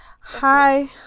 Hi